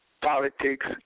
politics